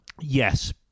yes